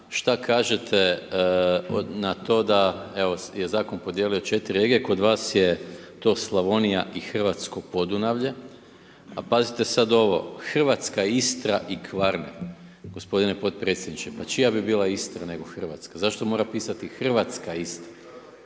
šta kažete na to da evo je zakon podijelio 4 regije, kod vas je to Slavonija i Hrvatsko Podunavlje. A pazite Hrvatska, Istra i Kvarner, gospodine potpredsjedniče pa čija bi bila Istra nego hrvatska? Zašto mora pisati hrvatska Istra?